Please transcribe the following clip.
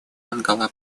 ангола